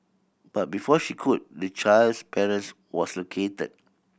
but before she could the child's parents was located